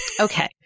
Okay